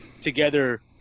together